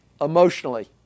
emotionally